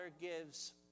gives